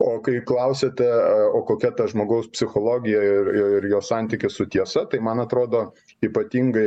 o kai klausiate o kokia ta žmogaus psichologija ir ir jo santykis su tiesa tai man atrodo ypatingai